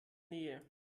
nähe